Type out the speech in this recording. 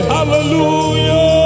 Hallelujah